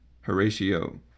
Horatio